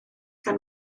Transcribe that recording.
gan